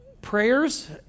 prayers